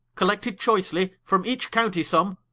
collected choycely, from each countie some,